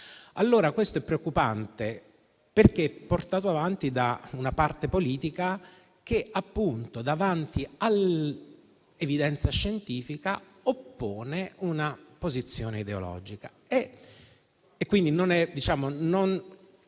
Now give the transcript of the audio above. leggi. Questo è preoccupante perché è portato avanti da una parte politica che davanti all'evidenza scientifica oppone una posizione ideologica e questo non rassicura per